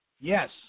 Yes